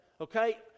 okay